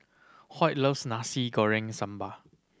Hoyt loves Nasi Goreng samba